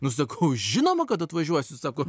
nu sakau žinoma kad atvažiuosiu sako